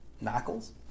knuckles